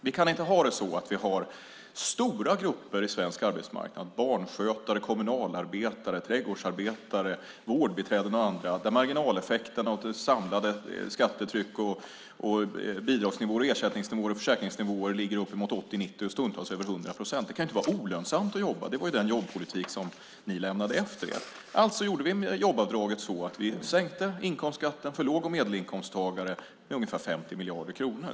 Vi kan inte ha stora grupper på svensk arbetsmarknad, barnskötare, kommunalarbetare, trädgårdsarbetare, vårdbiträden och andra, där marginaleffekten av det samlade skattetrycket, bidragsnivåer, ersättningsnivåer och försäkringsnivåer ligger upp emot 80, 90 och stundtals över 100 procent. Det kan inte vara olönsamt att jobba. Det var den jobbpolitik som ni lämnade efter er. Alltså utformade vi jobbavdraget så att vi sänkte inkomstskatten för låg och medelinkomsttagare med ungefär 50 miljarder kronor.